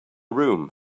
room